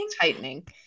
tightening